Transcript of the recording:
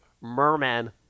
Merman